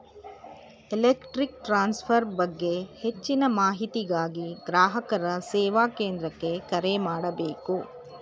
electric transfer ಬಗ್ಗೆ ಹೆಚ್ಚಿನ ಮಾಹಿತಿಗಾಗಿ ಗ್ರಾಹಕರ ಸೇವಾ ಕೇಂದ್ರಕ್ಕೆ ಕರೆ ಮಾಡಬೇಕು